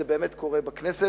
זה באמת קורה בכנסת,